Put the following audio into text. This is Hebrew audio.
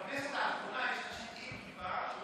בכנסת האחרונה יש אנשים עם כיפה,